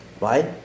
right